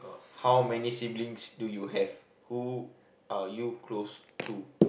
how many siblings do you have who are you close to